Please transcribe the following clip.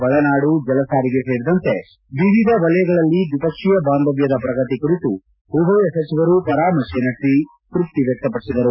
ಒಳನಾಡು ಜಲಸಾರಿಗೆ ಸೇರಿದಂತೆ ಎವಿಧ ವಲಯಗಳಲ್ಲಿ ದ್ವಿಪಕ್ಷೀಯ ಬಾಂಧವ್ದದ ಪ್ರಗತಿ ಕುರಿತು ಉಭಯ ಸಚಿವರು ಪರಾಮರ್ಶೆ ನಡೆಸಿ ತ್ರಪ್ಪಿ ವ್ಯಕ್ತಪಡಿಸಿದರು